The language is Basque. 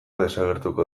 desagertuko